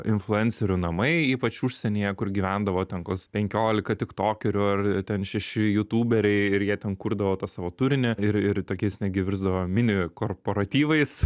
influencerių namai ypač užsienyje kur gyvendavo ten koks penkiolika tiktokerių ar ten šeši jutūberiai ir jie ten kurdavo tą savo turinį ir ir tokiais netgi virsdavo mini korporatyvais